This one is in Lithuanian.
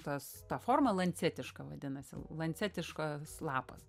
tas ta forma lancetiška vadinasi lancetiškas lapas